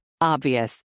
Obvious